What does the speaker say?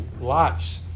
Lots